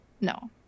No